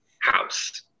house